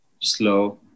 slow